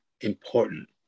important